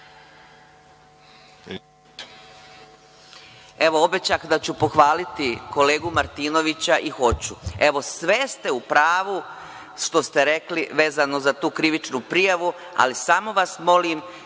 Evo, obećah da ću pohvaliti kolegu Martinovića – i hoću. Evo, sve ste u pravu što ste rekli vezano za tu krivičnu prijavu, ali samo vas molim,